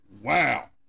Wow